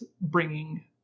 bringing